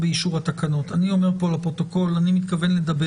כך אני מבין.